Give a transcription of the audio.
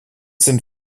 sind